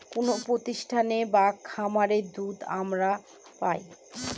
কোনো প্রতিষ্ঠানে বা খামারে দুধের মাত্রা আমরা পাই